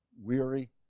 weary